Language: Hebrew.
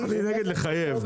אני נגד לחייב.